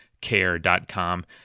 care.com